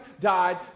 died